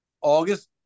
August